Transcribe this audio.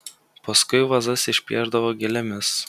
paskui vazas išpiešdavo gėlėmis